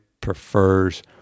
prefers